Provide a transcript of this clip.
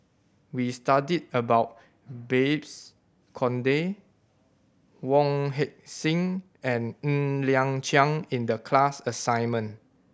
we studied about Babes Conde Wong Heck Sing and Ng Liang Chiang in the class assignment